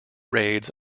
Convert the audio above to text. raids